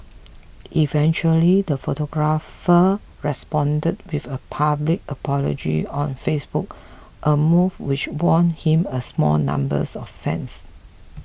eventually the photographer responded with a public apology on Facebook a move which won him a small number of fans